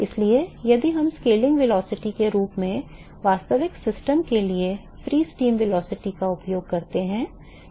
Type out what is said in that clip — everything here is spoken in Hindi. इसलिए यदि हम स्केलिंग वेलोसिटी के रूप में वास्तविक सिस्टम के लिए फ्री स्ट्रीम वेलोसिटी का उपयोग करते हैं